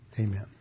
Amen